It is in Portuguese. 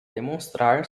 demonstrar